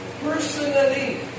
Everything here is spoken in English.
personally